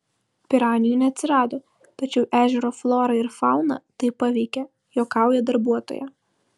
piranijų neatsirado tačiau ežero florą ir fauną tai paveikė juokauja darbuotoja